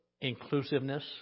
inclusiveness